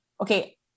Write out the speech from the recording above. okay